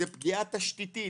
זה פגיעה תשתיתית,